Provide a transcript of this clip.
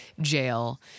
jail